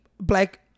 black